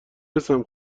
رسم